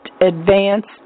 advanced